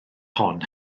hon